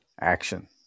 action